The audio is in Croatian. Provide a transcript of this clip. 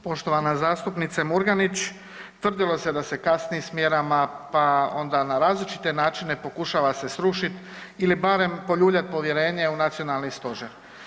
Poštovana zastupnice Murganić, tvrdilo se da se kasni s mjerama, pa onda na različite načine pokušava se srušit ili barem poljuljat povjerenje u nacionalni stožer.